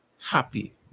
happy